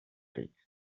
ric